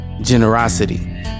generosity